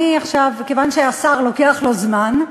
כיוון שהשר, לוקח לו זמן,